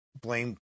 blame